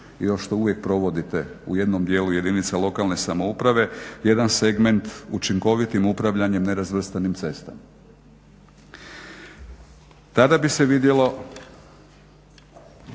ono što uvijek provodite u jednom djelu jedinica lokalne samouprave, jedan segment učinkovitim upravljanjem nerazvrstanim cestama. Tada bi se vidjelo